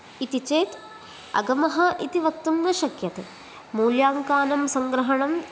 इति चेत् अगमः इति वक्तुं न शक्यते मूल्याङ्कानां संग्रहणं